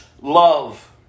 love